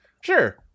Sure